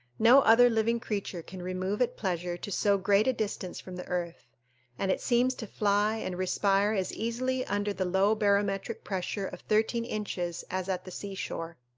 no other living creature can remove at pleasure to so great a distance from the earth and it seems to fly and respire as easily under the low barometric pressure of thirteen inches as at the sea-shore.